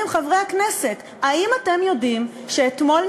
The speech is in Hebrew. כמו כן,